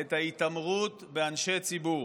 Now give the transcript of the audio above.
את ההתעמרות באנשי ציבור,